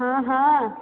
हा हा